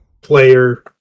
player